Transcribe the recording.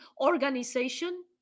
organization